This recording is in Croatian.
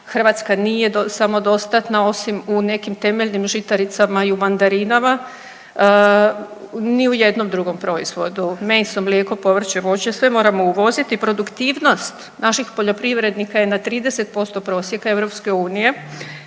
Hrvatska nije samodostatna osim u nekim temeljnim žitaricama i u mandarinama ni u jednom drugom proizvodu. Meso, mlijeko, povrće, voće sve moramo uvoziti i produktivnost naših poljoprivrednika je na 30% prosjeka EU,